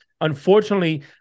Unfortunately